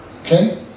okay